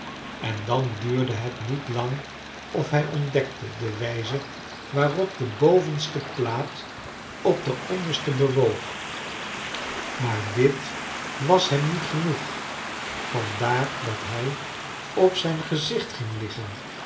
en dan duurde het niet lang of hij ontdekte de wijze waarop de bovenste plaat op de onderste bewoog maar dit was hem niet genoeg vandaar dat hij op zijn gezicht ging liggen